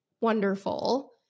wonderful